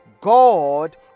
God